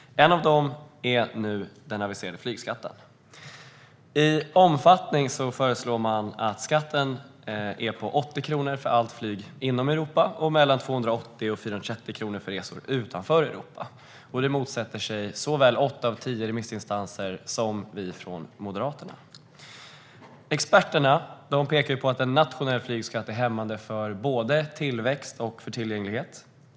En av dessa skatter är den aviserade flygskatten. Man föreslår att skatten ska vara 80 kronor för flygresor inom Europa och 280-430 kronor för flygresor utanför Europa. Detta motsätter sig såväl åtta av tio remissinstanser som vi från Moderaterna. Experterna pekar på att en nationell flygskatt är hämmande för både tillväxt och tillgänglighet.